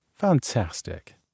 Fantastic